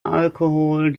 alkohol